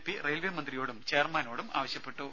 P railway മന്ത്രിയോടും ചെയർമാനോടും ആവശ്യപ്പെട്ടു